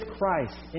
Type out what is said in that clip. Christ